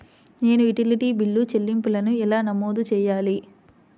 నేను utility bill చెల్లింపులను ఎలా నమోదు చేయాలి?